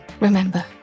Remember